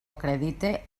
acredite